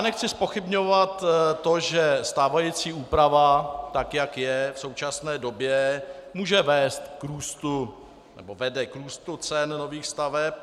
Nechci zpochybňovat to, že stávající úprava, tak jak je v současné době, může vést k růstu, nebo vede k růstu cen nových staveb.